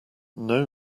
know